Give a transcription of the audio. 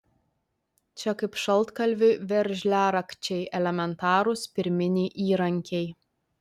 čia kaip šaltkalviui veržliarakčiai elementarūs pirminiai įrankiai